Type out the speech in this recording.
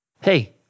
Hey